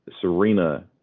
Serena